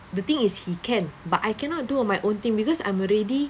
the thing is he can but I cannot do on my own thing because I'm already